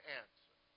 answer